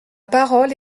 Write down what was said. parole